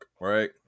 right